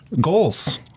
Goals